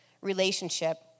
relationship